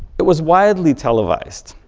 it was widely televised.